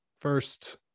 first